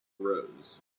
rows